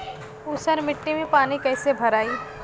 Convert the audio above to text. ऊसर मिट्टी में पानी कईसे भराई?